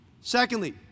Secondly